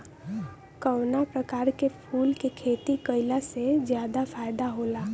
कवना प्रकार के फूल के खेती कइला से ज्यादा फायदा होला?